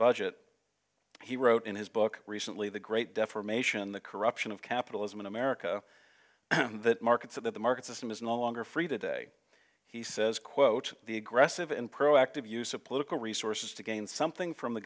budget he wrote in his book recently the great defamation the corruption of capitalism in america that markets that the market system is no longer free today he says quote the aggressive and proactive use of political resources to gain something from the